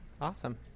Awesome